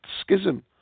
schism